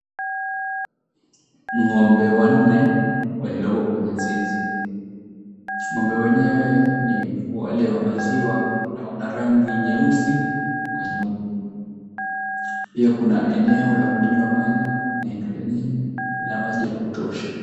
Ng'ombe wanne waliloko kwenye zizi, ng'ombe wenyewe ni wale wa maziwa na wana rangi nyeusi kwa nyeupe. Pia kuna eneo la kunywa maji na eneo lenyewe lina maji la kutosha.